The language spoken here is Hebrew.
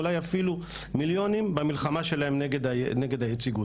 אולי אפילו מיליונים במלחמה שלהם נגד היציגות.